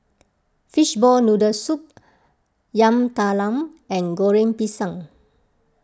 Fishball Noodle Soup Yam Talam and Goreng Pisang